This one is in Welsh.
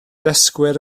dysgwyr